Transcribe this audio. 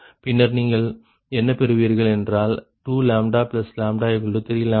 பின்னர் நீங்கள் என்ன பெறுவீர்கள் என்றால் 2λ 3 λ0